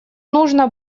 нужно